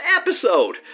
episode